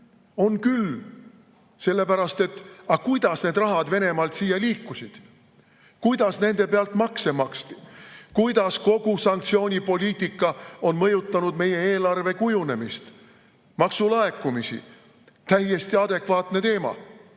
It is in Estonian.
On küll! Sest kuidas see raha Venemaalt siia liikus? Kuidas selle pealt makse maksti? Kuidas kogu sanktsioonipoliitika on mõjutanud meie eelarve kujunemist, maksulaekumisi? Täiesti adekvaatne teema.